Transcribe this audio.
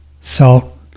salt